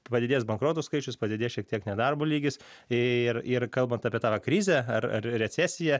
padidės bankrotų skaičius padidės šiek tiek nedarbo lygis ir ir kalbant apie tą va krizę ar ar recesiją